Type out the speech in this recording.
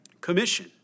commission